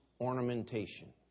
ornamentation